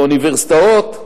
לאוניברסיטאות,